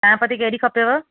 चांहि पती कहिड़ी खपेव